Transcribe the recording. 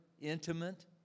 intimate